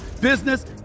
business